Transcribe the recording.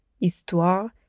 Histoire